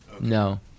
no